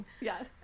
yes